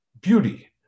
beauty